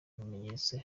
ibimenyetso